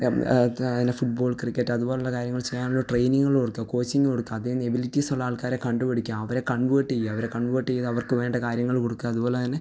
M ഏത്ത് അതിനെ football cricket അതുപോലെ ഉള്ള കാര്യങ്ങള് ചെയ്യാനുള്ളൊര് ട്രെയിനിങ്ങുകള് കൊടുത്തോ കോച്ചിങ് കൊടുക്കാം അതിൽ നിന്ന് എബിലിറ്റീസ് ഉള്ള ആള്ക്കാരെ കണ്ട് പിടിക്കാം അവരെ കണ്വേർട്ട് ചെയ്യാം അവരെ കണ്വേർട്ട് ചെയ്ത് അവര്ക്ക് വേണ്ട കാര്യങ്ങള് കൊടുക്കുക അതുപോലെ തന്നെ